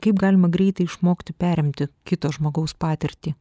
kaip galima greitai išmokti perimti kito žmogaus patirtį